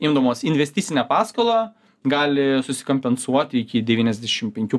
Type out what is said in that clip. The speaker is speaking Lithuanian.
imdamos investicinę paskolą gali susikompensuoti iki devyniasdešim penkių